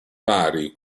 vari